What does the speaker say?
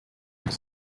was